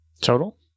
Total